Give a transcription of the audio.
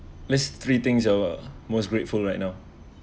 list three things about most grateful right now